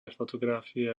fotografie